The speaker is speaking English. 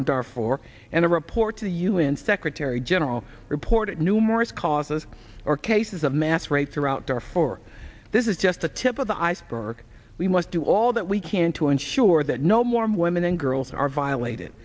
our four and a report to the u n secretary general report numerous causes or cases of mass rapes are out there for this is just the tip of the iceberg we must do all that we can to ensure that no more and women and girls are violated